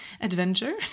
adventure